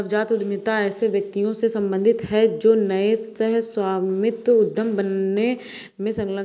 नवजात उद्यमिता ऐसे व्यक्तियों से सम्बंधित है जो नए सह स्वामित्व उद्यम बनाने में संलग्न हैं